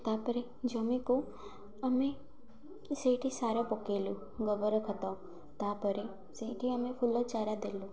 ତା'ପରେ ଜମିକୁ ଆମେ ସେଇଠି ସାର ପକାଇଲୁ ଗୋବର ଖତ ତା'ପରେ ସେଇଠି ଆମେ ଫୁଲ ଚାରା ଦେଲୁ